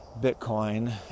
Bitcoin